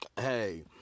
Hey